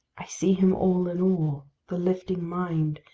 i see him all in all, the lifing mind,